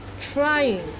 trying